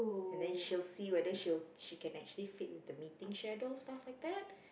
and then she will see whether she will she can actually fit into meeting schedule stuff like that